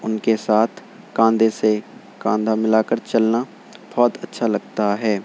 ان کے ساتھ کاندھے سے کاندھا ملا کر چلنا بہت اچھا لگتا ہے